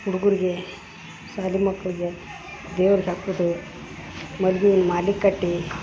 ಹುಡುಗುರ್ಗೆ ಶಾಲಿ ಮಕ್ಕಳಿಗೆ ದೇವ್ರ್ಗ ಹಾಕ್ಕೊದು ಮಲ್ಲಿಗಿ ಹೂವಿನ ಮಾಲೆ ಕಟ್ಟಿ